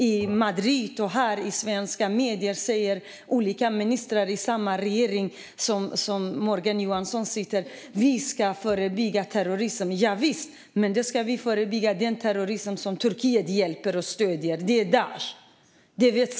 I Madrid och i svenska medier säger nu olika ministrar i samma regering som Morgan Johansson att vi ska förebygga terrorism. Javisst, men då ska vi förebygga den terrorism som Turkiet hjälper och stöder. Det är Daish!